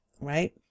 right